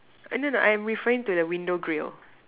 uh no no I'm referring to the window grill